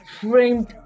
framed